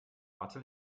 mathe